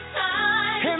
time